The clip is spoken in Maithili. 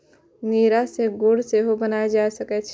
नीरा सं गुड़ सेहो बनाएल जा सकै छै